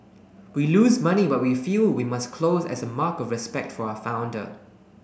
we lose money but we feel we must close as a mark of respect for our founder